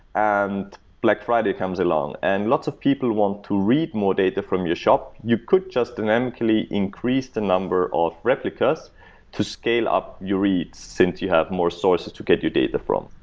and black friday comes along and lots of people want to read more data from your shop, you could just dynamically increase the number of replicas to scale up your read since you have more sources to get your data from.